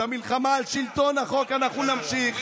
את המלחמה על שלטון החוק אנחנו נמשיך.